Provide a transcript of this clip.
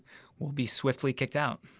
will be swiftly kicked out